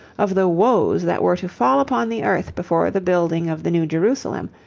of the woes that were to fall upon the earth before the building of the new jerusalem,